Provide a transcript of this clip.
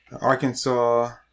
Arkansas